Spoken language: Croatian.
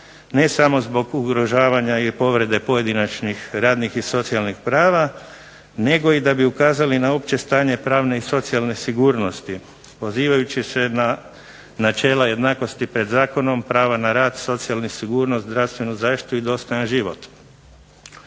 ne samo zbog ugrožavanja i povrede pojedinačnih radnih i socijalnih prava, nego i da bi ukazali na opće stanje pravne i socijalne sigurnosti, pozivajući se na načela jednakosti pred zakonom, prava na rad, socijalnu sigurnost, zdravstvenu zaštitu i dostojan život.